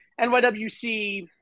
NYWC